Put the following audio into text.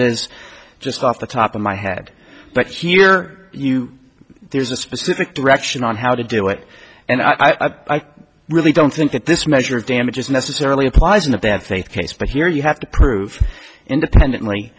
is just off the top of my head but here you there's a specific direction on how to do it and i really don't think that this measure of damages necessarily applies in that that faith case but here you have to prove independently